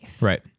Right